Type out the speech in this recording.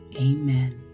amen